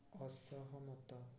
ଅସହମତ